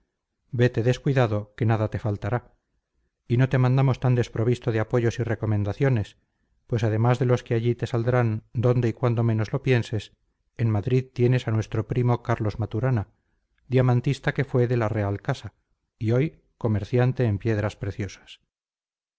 vete descuidado que nada te faltará y no te mandamos tan desprovisto de apoyos y recomendaciones pues además de los que allí te saldrán donde y cuando menos lo pienses en madrid tienes a nuestro primo carlos maturana diamantista que fue de la real casa y hoy comerciante en piedras preciosas